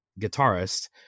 guitarist